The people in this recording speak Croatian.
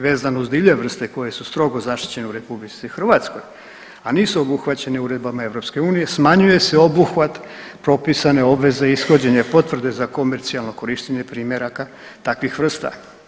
Vezano uz divlje vrste koje su strogo zaštićene u Republici Hrvatskoj a nisu obuhvaćene uredbama EU smanjuje se obuhvat propisane obveze ishođenja potvrde za komercijalno korištenje primjeraka takvih vrsta.